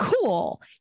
cool